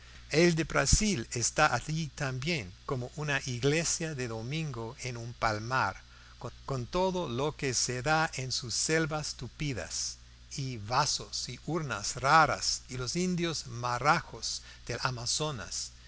el de brasil está allí también como una iglesia de domingo en un palmar con todo lo que se da en sus selvas tupidas y vasos y urnas raras de los indios marajos del amazonas